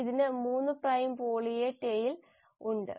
ഇതിന് 3 prime poly A tail ഉണ്ട്